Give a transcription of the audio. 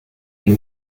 and